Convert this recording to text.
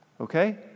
okay